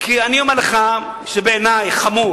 כי אני אומר לך, שבעיני חמור